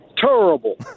terrible